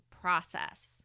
process